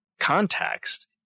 context